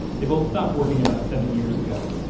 they both stopped working about seven years ago.